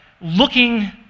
looking